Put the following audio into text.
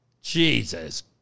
Jesus